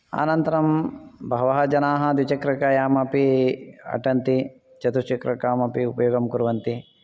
अनन्तरं बहवः जनाः द्विचक्रिकायामपि अटन्ति चतुश्चक्रिकामपि उपयोगं कुर्वन्ति